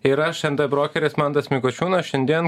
ir aš nt brokeris mantas mikuočiūnas šiandien